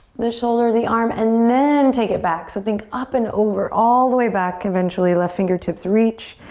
the shoulder, the arm and then take it back. so think up and over, all the way back, eventually left fingertips reach.